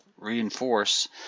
reinforce